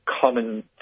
common